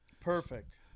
Perfect